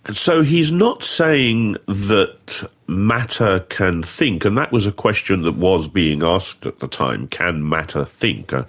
and so he's not saying that matter can think, and that was a question that was being asked at the time, can matter think?